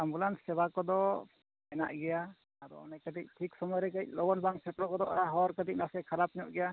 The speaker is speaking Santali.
ᱮᱢᱵᱩᱞᱮᱱᱥ ᱥᱮᱵᱟ ᱠᱚᱫᱚ ᱦᱮᱱᱟᱜ ᱜᱮᱭᱟ ᱟᱫᱚ ᱚᱱᱮ ᱠᱟᱹᱴᱤᱡ ᱴᱷᱤᱠ ᱥᱚᱢᱚᱭ ᱨᱮ ᱠᱟᱹᱡ ᱞᱚᱜᱚᱱ ᱵᱟᱝ ᱥᱮᱴᱮᱨ ᱜᱚᱫᱚᱜᱼᱟ ᱦᱚᱨ ᱠᱟᱹᱴᱤᱡ ᱱᱟᱥᱮ ᱠᱷᱟᱨᱟᱯ ᱧᱚᱜ ᱜᱮᱭᱟ